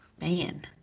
Man